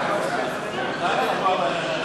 ההסתייגות של קבוצת סיעת העבודה,